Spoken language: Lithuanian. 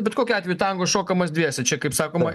bet kokiu atveju tango šokamas dviese čia kaip sakoma